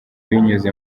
binyuze